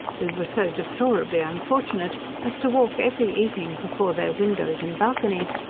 we were so deplorably unfortunate as to walk every evening before their windows and balconies,